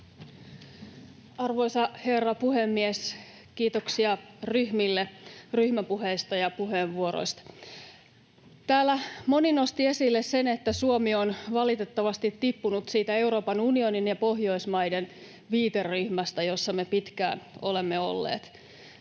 Arvoisa herra puhemies! Kiitoksia ryhmille ryhmäpuheista ja puheenvuoroista. Täällä moni nosti esille sen, että Suomi on valitettavasti tippunut siitä Euroopan unionin ja Pohjoismaiden viiteryhmästä, jossa me pitkään olemme olleet.